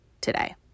today